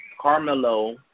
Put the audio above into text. Carmelo